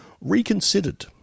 reconsidered